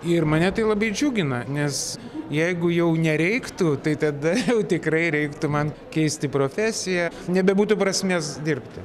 ir mane tai labai džiugina nes jeigu jau nereiktų tai tada jau tikrai reiktų man keisti profesiją nebebūtų prasmės dirbti